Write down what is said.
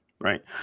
Right